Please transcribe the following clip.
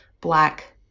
Black